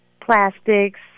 plastics